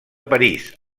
parís